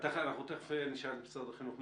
אז אנחנו תכף נשאל את משרד החינוך.